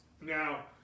Now